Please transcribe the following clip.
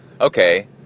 Okay